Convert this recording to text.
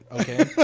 okay